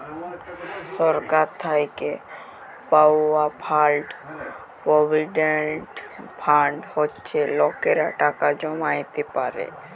সরকার থ্যাইকে পাউয়া fund provident fund হছে লকেরা টাকা জ্যমাইতে পারে